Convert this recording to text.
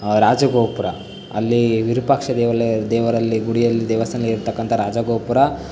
ರಾಜಗೋಪುರ ಅಲ್ಲಿ ವಿರೂಪಾಕ್ಷ ದೇವಾಲಯ ದೇವರಲ್ಲಿ ಗುಡಿಯಲ್ಲಿ ದೇವಸ್ಥಾನದಲ್ಲಿ ಇರತಕ್ಕಂತಹ ರಾಜಗೋಪುರ